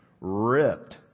ripped